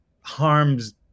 harms